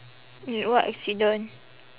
wait what accident